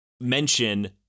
mention